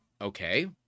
Okay